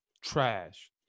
trash